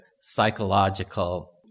psychological